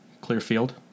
clearfield